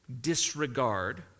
disregard